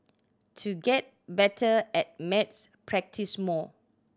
to get better at maths practise more